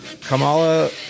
Kamala